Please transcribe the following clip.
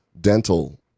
dental